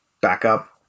backup